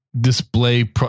display